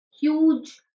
huge